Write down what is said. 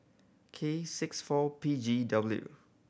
K six four P G W